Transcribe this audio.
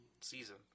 season